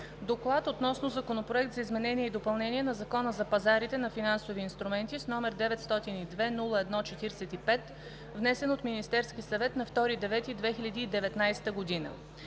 „ДОКЛАД относно Законопроект за изменение и допълнение на Закона за пазарите на финансови инструменти, № 902-01-45, внесен от Министерския съвет на 2 септември 2019 г.